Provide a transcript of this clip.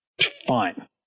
Fine